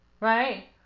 right